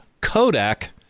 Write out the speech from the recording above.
Kodak